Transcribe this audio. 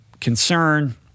concern